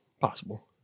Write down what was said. possible